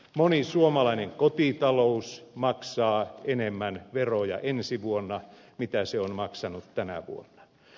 moni suomalainen kotitalous maksaa enemmän veroja ensi vuonna mitä se on maksanut tänä vuonna